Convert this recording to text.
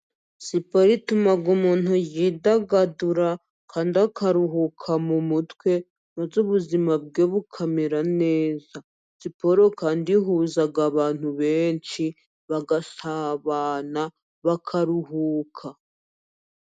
Sipori ituma umuntu yidagadura kandi akaruhuka mu mutwe, ndetse ubuzima bwe bukamera neza. Siporo kandi ihuza abantu benshi, bagasabana, bakaruhuka.